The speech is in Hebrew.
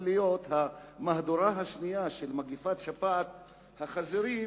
המהדורה השנייה של מגפת שפעת החזירים